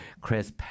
Chris